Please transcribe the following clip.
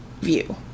view